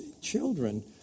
children